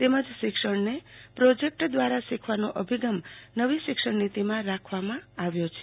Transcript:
તેમજ શિક્ષણને પ્રોજેકટ દ્વારાશિખવાનો અભિગમ નવી શિક્ષણ નીતિમાં રાખવામાં આવ્યો છે